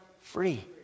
free